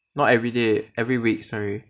not every day every week sorry